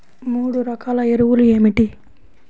మూడు రకాల ఎరువులు ఏమిటి?